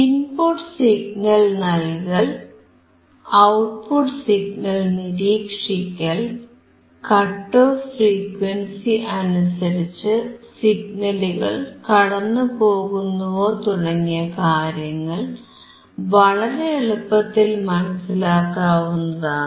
input signal നൽകൽ output signal നിരീക്ഷിക്കൽ cut off frequency അനുസരിച്ച് സിഗ്നലുകൾ കടന്നുപോകുന്നുവോ തുടങ്ങിയ കാര്യങ്ങൾ വളരെ എളുപ്പത്തിൽ മനസിലാക്കാവുന്നതുമാണ്